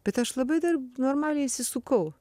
bet aš labai dar normaliai įsisukau